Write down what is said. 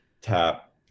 tap